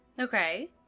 okay